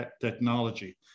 technology